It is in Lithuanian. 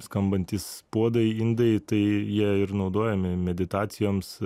skambantys puodai indai tai jie ir naudojami meditacijoms